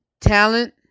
talent